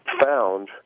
found